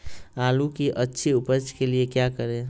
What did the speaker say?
आलू की अच्छी उपज के लिए क्या करें?